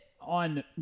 on